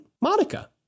Monica